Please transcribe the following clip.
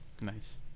Nice